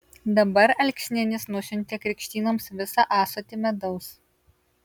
dabar alksninis nusiuntė krikštynoms visą ąsotį medaus